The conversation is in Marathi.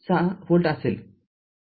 ६ व्होल्ट असेल